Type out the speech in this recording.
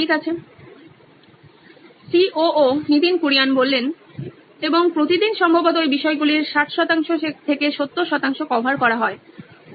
ঠিক আছে Nitin Kurian C O O নইন ইলেকট্রনিক্স এবং প্রতিদিন সম্ভবত ওই বিষয়গুলির 60 শতাংশ থেকে 70 শতাংশ কভার করা হয়